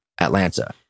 Atlanta